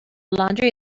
laundry